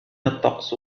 الطقس